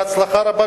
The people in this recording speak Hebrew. בהצלחה רבה,